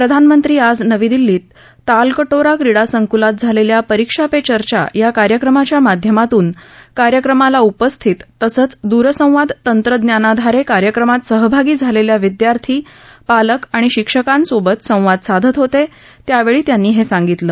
मोदी यांनी आज नवी दिल्लीत तालकटोरा क्रीडा संकलात झालेल्या परीक्षा पे चर्चा या कार्यक्रमाच्या माध्यमातून कार्यक्रमाला उपस्थित तसंच द्रसंवाद तंत्रज्ञानाधारे कार्यक्रमात सहभागी झालेल्या विदयार्थी पालक आणि शिक्षकांसोबत संवाद साधला त्यावेळी ते बोलत होते